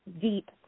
deep